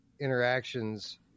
interactions